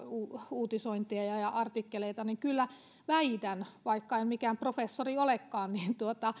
uutisointeja ja ja artikkeleita niin kyllä väitän vaikka en mikään professori olekaan että